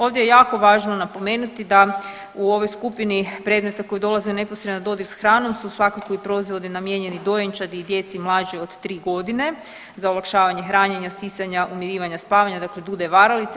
Ovdje je jako važno napomenuti da u ovoj skupini predmeta koji dolaze neposredno u dodir s hranom su svakako i proizvodi namijenjeni dojenčadi i djeci mlađoj od 3 godine za olakšavanje hranjenja, sisanja, umirivanja, spavanja, dakle dude varalice.